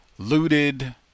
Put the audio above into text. Looted